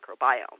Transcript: microbiome